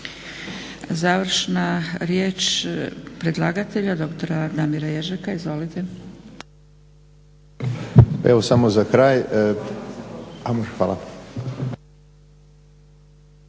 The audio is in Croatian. Završna riječ predlagatelja doktora Damira Ježeka. Izvolite. **Ježek, Damir** Evo, samo